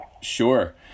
Sure